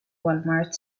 walmart